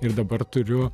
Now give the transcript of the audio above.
ir dabar turiu